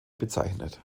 bezeichnet